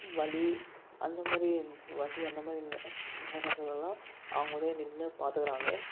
வலி அந்த மாதிரி வலி அந்த மாதிரி நே நேரங்கள் எல்லாம் அவங்களே நின்று பார்த்துக்கிறாங்க